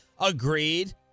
agreed